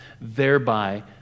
thereby